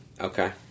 Okay